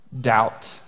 doubt